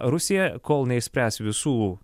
rusija kol neišspręs visų